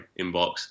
inbox